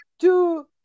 two